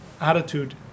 attitude